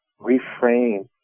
reframe